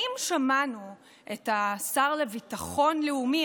האם שמענו את השר לביטחון לאומי,